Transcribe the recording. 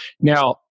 Now